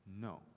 No